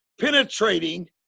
penetrating